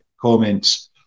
comments